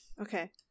Okay